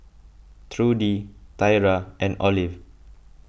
Trudy Tyra and Olive